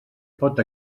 pot